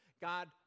God